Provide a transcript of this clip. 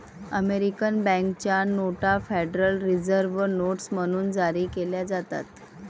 American बँकेच्या नोटा Federal Reserve notes म्हणून जारी केल्या जातात